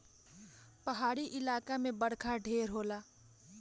पहाड़ी इलाका मे बरखा ढेर होला